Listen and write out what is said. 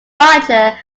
larger